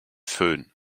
föhn